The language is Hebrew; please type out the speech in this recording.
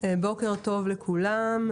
בוקר טוב לכולם,